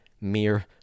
mere